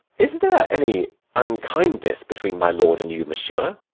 is there any unkindness between my lord and you, monsieur?